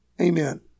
Amen